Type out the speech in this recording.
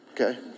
okay